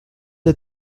del